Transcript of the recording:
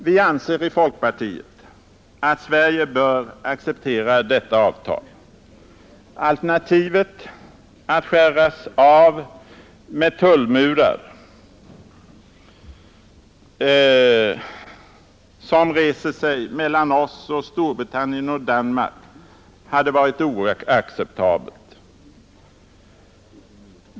Vi anser i folkpartiet att Sverige bör acceptera detta avtal. Alternativet att skäras av med tullmurar som reser sig mellan oss, Storbritannien och Danmark hade varit oacceptabelt.